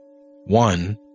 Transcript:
One